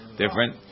different